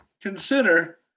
consider